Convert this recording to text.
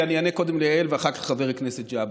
אני אענה קודם ליעל ואחר כך לחבר הכנסת ג'אבר.